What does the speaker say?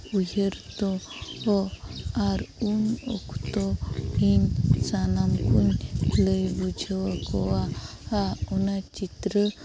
ᱩᱭᱦᱟᱹᱨ ᱫᱚ ᱟᱨ ᱩᱱ ᱚᱠᱛᱚ ᱤᱧ ᱥᱟᱱᱟᱢ ᱠᱚᱹᱧ ᱞᱟᱹᱭ ᱵᱩᱡᱷᱟᱹᱣ ᱟᱠᱚᱣᱟ ᱚᱱᱟ ᱪᱤᱛᱨᱟᱹ